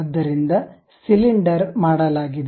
ಆದ್ದರಿಂದ ಸಿಲಿಂಡರ್ ಮಾಡಲಾಗಿದೆ